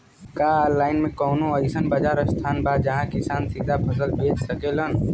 का आनलाइन मे कौनो अइसन बाजार स्थान बा जहाँ किसान सीधा फसल बेच सकेलन?